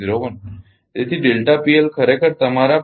01 તેથી ખરેખર તમારા 0